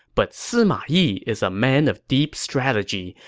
but sima yi is a man of deep strategy,